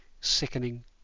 sickening